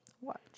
Watch